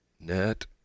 Net